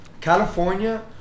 California